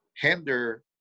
hinder